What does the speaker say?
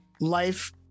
life